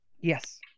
Yes